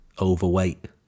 overweight